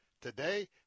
today